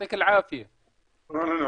תפדאל שייח